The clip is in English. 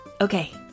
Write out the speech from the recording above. Okay